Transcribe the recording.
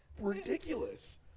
ridiculous